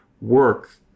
work